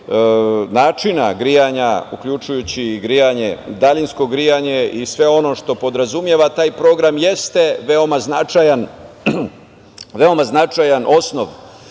načina grejanja, uključujući i daljinsko grejanje i sve ono što podrazumeva taj program jeste veoma značajan osnov